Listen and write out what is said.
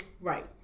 Right